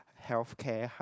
health care !huh!